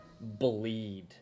bleed